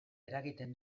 eragiten